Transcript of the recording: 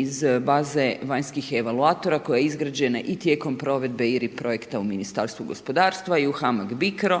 iz baze vanjskih evakuatora, koja je izgrađena i tijekom provedba ili projekta u Ministarstvu gospodarstva i u HAMAG BICRO,